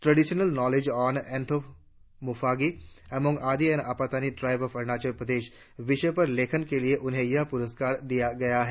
traditional knowledge on entomophagy among Adi and Apatani tribe of Arunachal Pradesh विषय पर लेखन के लिए उन्हें यह पुरस्कार दिया गया है